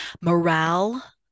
morale